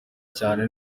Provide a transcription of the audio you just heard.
cyane